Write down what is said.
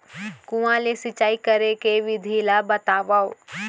कुआं ले सिंचाई करे के विधि ला बतावव?